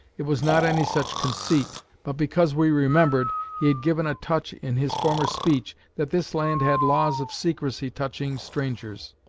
it was not any such conceit, but because we remembered, he had given a touch in his former speech, that this land had laws of secrecy touching strangers.